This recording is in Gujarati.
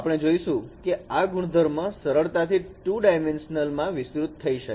આપણે જોઇશું કે આ ગુણધર્મ સરળતાથી 2 ડાયમેન્શન માં વિસ્તૃત થઈ શકે છે